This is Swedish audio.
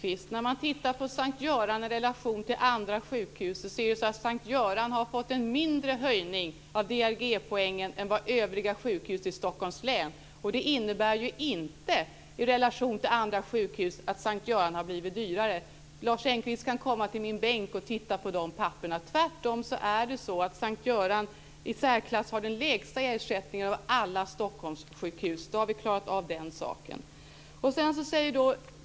Fru talman! Då måste man ju se på helheten, Lars Engqvist. I relation till andra sjukhus har S:t Göran fått en mindre höjning av DRG-poängen än vad övriga sjukhus i Stockholms län har fått. Det innebär inte att S:t Göran i relation till andra sjukhus har blivit dyrare. Lars Engqvist kan komma till min bänk och titta på dessa siffror. Tvärtom får S:t Göran den i särklass lägsta ersättningen av alla Stockholms sjukhus. Då har vi klarat av den saken.